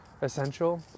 essential